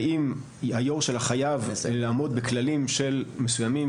האם היו"ר שלה חייב לעמוד בכללים מסוימים